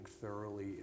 thoroughly